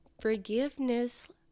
forgiveness